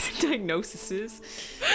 diagnoses